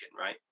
right